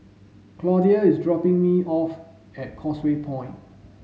Claudia is dropping me off at Causeway Point